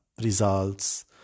results